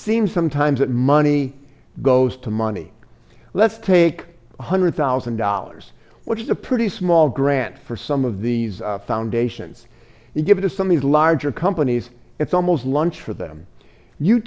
seems sometimes that money goes to money let's take one hundred thousand dollars which is a pretty small grant for some of these foundations and give it to some of the larger companies it's almost lunch for them you